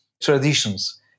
traditions